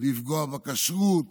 ולפגוע בכשרות